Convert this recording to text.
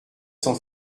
sans